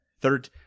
Third